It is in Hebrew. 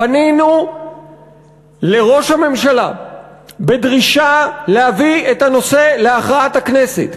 פנינו לראש הממשלה בדרישה להביא את הנושא להכרעת הכנסת.